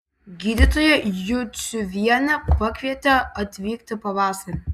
gydytoja juciuvienė pakvietė atvykti pavasarį